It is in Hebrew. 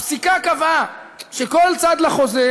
הפסיקה קבעה שכל צד לחוזה